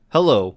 Hello